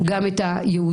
גם את היהודים,